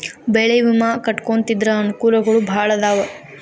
ಬೆಳೆ ವಿಮಾ ಕಟ್ಟ್ಕೊಂತಿದ್ರ ಅನಕೂಲಗಳು ಬಾಳ ಅದಾವ